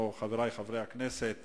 בעד, 7,